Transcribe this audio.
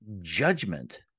judgment